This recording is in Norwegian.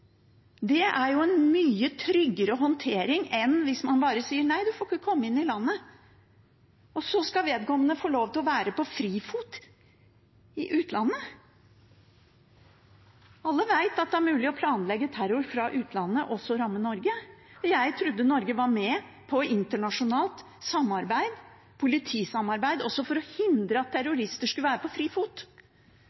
Det er jo en mye tryggere håndtering enn hvis man bare sier: Nei, du får ikke komme inn i landet. Og så skal vedkommende få lov til å være på frifot i utlandet? Alle vet at det er mulig å planlegge terror fra utlandet og ramme Norge. Jeg trodde Norge var med på internasjonalt politisamarbeid også for å hindre at